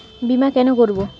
বিমা কেন করব?